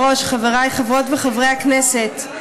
וחברי הכנסת,